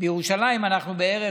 בירושלים אנחנו בערך